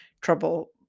trouble